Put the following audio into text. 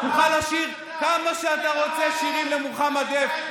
תוכל לשיר כמה שאתה רוצה שירים למוחמד דף.